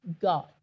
God